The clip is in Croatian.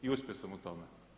I uspio sam u tome.